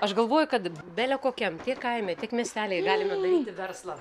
aš galvoju kad bele kokiam tiek kaime tiek miestelyje galime daryti verslą